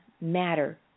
matter